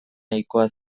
nahikoa